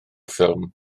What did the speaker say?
ffilm